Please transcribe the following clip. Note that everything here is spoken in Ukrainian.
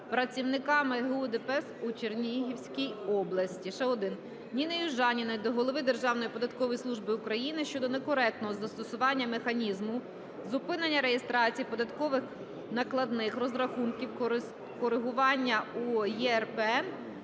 працівниками ГУ ДПС у Чернігівській області. Ще один. Ніни Южаніної до голови Державної податкової служби України щодо некоректного застосування механізму зупинення реєстрації податкових накладних, розрахунків, коригування у ЄРП